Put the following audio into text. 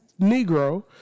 Negro